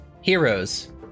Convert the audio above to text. Heroes